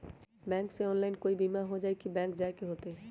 Bank से online कोई बिमा हो जाई कि बैंक जाए के होई त?